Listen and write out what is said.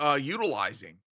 utilizing